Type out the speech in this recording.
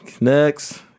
next